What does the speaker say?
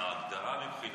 ההגדרה של מפעל